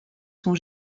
sont